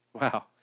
Wow